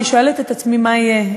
אני שואלת את עצמי מה יהיה,